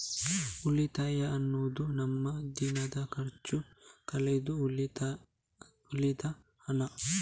ಉಳಿತಾಯ ಅನ್ನುದು ನಮ್ಮ ದಿನದ ಖರ್ಚು ಕಳೆದು ಉಳಿದ ಹಣ